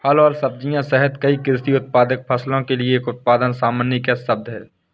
फल और सब्जियां सहित कई कृषि उत्पादित फसलों के लिए उत्पादन एक सामान्यीकृत शब्द है